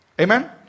Amen